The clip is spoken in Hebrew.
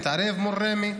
להתערב מול רמ"י?